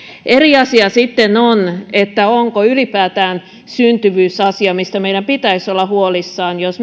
eri asia sitten on onko syntyvyys ylipäätään asia mistä meidän pitäisi olla huolissaan jos